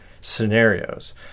scenarios